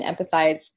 empathize